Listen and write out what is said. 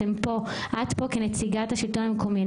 את פה כנציגת השלטון המקומי.